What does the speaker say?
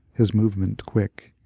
his movement quick,